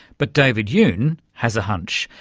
but david yoon has a hunch.